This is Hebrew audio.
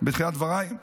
בתחילת דבריי.